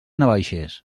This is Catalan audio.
navaixes